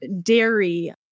dairy